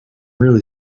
really